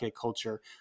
culture